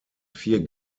vier